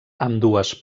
ambdues